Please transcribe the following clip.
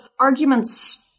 arguments